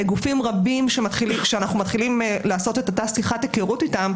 גופים רבים שאנחנו מתחילים לעשות את אותה שיחת היכרות איתם,